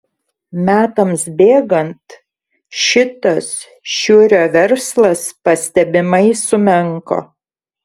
metams bėgant šitas šiurio verslas pastebimai sumenko